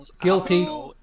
Guilty